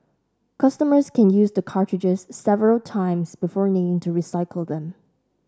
customers can use the cartridges several times before needing to recycle them